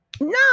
No